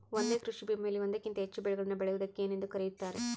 ಒಂದೇ ಕೃಷಿಭೂಮಿಯಲ್ಲಿ ಒಂದಕ್ಕಿಂತ ಹೆಚ್ಚು ಬೆಳೆಗಳನ್ನು ಬೆಳೆಯುವುದಕ್ಕೆ ಏನೆಂದು ಕರೆಯುತ್ತಾರೆ?